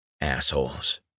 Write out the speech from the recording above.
Assholes